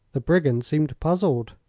the brigand seemed puzzled.